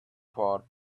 forth